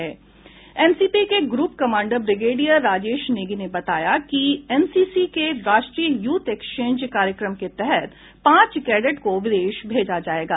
NCC के group commander brigadier Rajesh Negi ने बताया है कि एनसीसी के राष्ट्रीय यूथ एक्सचेंज कार्यक्रम के तहत पांच कैडेट को विदेश भेजा जायेगा